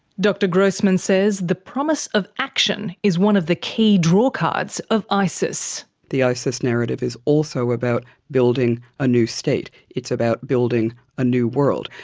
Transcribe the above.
dr grossman says the promise of action is one of the key drawcards of isis. the isis narrative is also about building a new state. it's about building a new world.